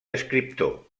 escriptor